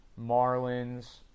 Marlins